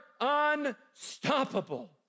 unstoppable